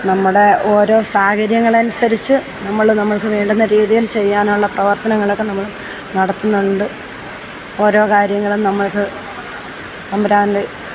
നമ്മുടെ ഒരോ സാഹചര്യങ്ങൾ അനുസരിച്ച് നമ്മൾ നമ്മൾക്ക് വേണ്ടുന്ന രീതിയിൽ ചെയ്യാനുള്ള പ്രവർത്തനങ്ങളൊക്കെ നമ്മൾ നടത്തുന്നുണ്ട് ഓരോ കാര്യങ്ങളും നമ്മൾക്ക് തമ്പുരാൻ്റെ